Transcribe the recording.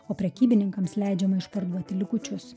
o prekybininkams leidžiama išparduoti likučius